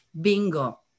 Bingo